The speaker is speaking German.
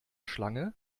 schlange